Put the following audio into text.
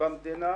במדינה